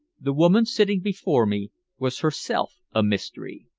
the woman sitting before me was herself a mystery.